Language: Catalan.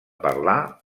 parlar